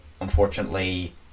Unfortunately